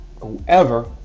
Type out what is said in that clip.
whoever